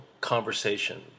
conversation